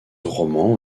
roman